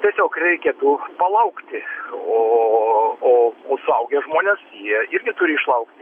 tiesiog reikia palaukti o o suaugę žmonės jie irgi turi išlaukti